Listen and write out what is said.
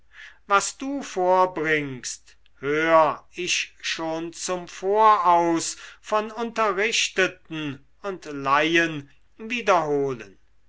was du vorbringst hör ich schon zum voraus von unterrichteten und laien wiederholen